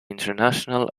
international